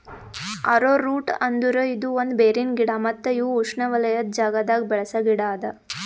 arrowroot ಅಂದುರ್ ಇದು ಒಂದ್ ಬೇರಿನ ಗಿಡ ಮತ್ತ ಇವು ಉಷ್ಣೆವಲಯದ್ ಜಾಗದಾಗ್ ಬೆಳಸ ಗಿಡ ಅದಾ